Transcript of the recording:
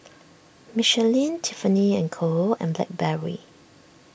Michelin Tiffany and Co and Blackberry